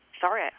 sorry